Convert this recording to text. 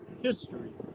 history